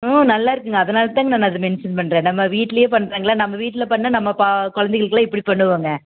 ம் நல்லாருக்குங்க அதனால தாங்க நான் அதை மென்ஷன் பண்ணுறன் நம்ம வீட்ல பண்ணுறோம்ங்களா நம்ப வீட்டில் பண்ணால் நம்ம பா குழந்தைகளுக்குலாம் எப்படி பண்ணுவோங்க